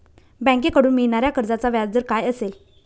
बँकेकडून मिळणाऱ्या कर्जाचा व्याजदर काय असेल?